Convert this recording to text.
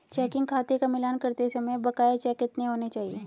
Checking खाते का मिलान करते समय बकाया चेक कितने होने चाहिए?